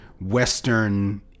Western